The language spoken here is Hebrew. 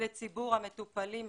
לציבור המטופלים הסיעודיים.